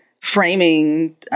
framing